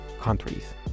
countries